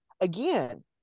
again